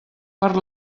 per